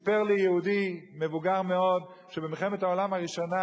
סיפר לי יהודי מבוגר מאוד שבמלחמת העולם הראשונה,